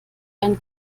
einen